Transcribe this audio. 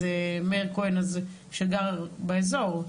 אז מאיר כהן שגר באזור,